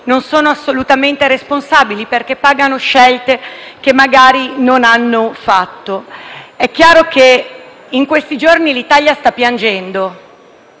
non sono assolutamente responsabili, perché pagano scelte che magari non hanno fatto. È chiaro che in questi giorni l'Italia sta piangendo,